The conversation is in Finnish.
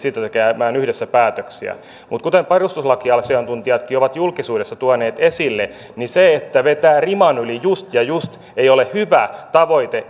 siitä tekemään yhdessä päätöksiä mutta kuten perustuslakiasiantuntijatkin ovat julkisuudessa tuoneet esille niin se että vetää riman yli just ja just ei ole hyvä tavoite